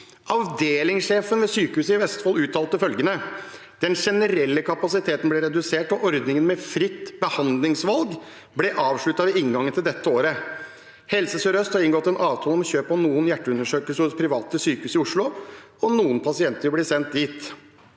Avdelingssjefen ved Sykehuset i Vestfold uttalte følgende: «Den generelle kapasiteten ble redusert da ordningen med fritt behandlingsvalg ble avsluttet ved inngangen til dette året. Helse sør-øst har inngått avtale om kjøp av noen hjerteundersøkelser hos private sykehus i Oslo, og noen pasienter vil bli sendt dit.